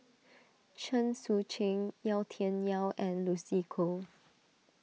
Chen Sucheng Yau Tian Yau and Lucy Koh